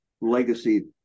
legacy